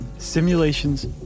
Simulations